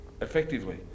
effectively